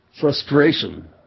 frustration